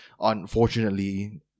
unfortunately